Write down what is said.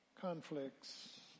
conflicts